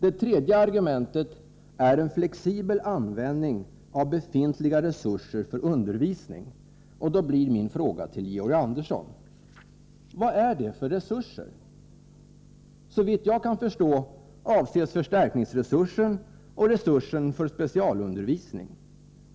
Det tredje argumentet är en flexibel användning av befintliga resurser för undervisning, och då blir min fråga till Georg Andersson: Vad är det för resurser? Såvitt jag kan förstå avses förstärkningsresursen och resursen för specialundervisning.